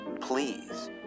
please